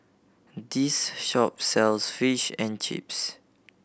this shop sells Fish and Chips